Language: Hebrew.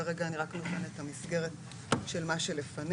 כרגע אני רק נותנת את המסגרת של מה שלפנינו.